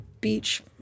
beach